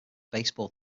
baseball